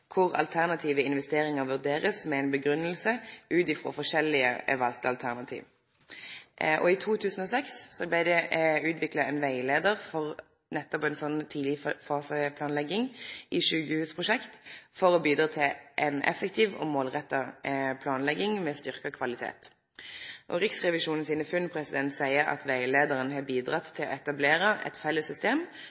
kor alternative investeringar blir vurderte med grunngjeving ut frå forskjellige valde alternativ. I 2006 blei det utvikla ein rettleiar for nettopp ei sånn tidlegfaseplanlegging i sjukehusprosjekt for å bidra til ei effektiv og målretta planlegging med styrkt kvalitet. Riksrevisjonen sine funn seier at rettleiaren har bidrege til å etablere eit felles system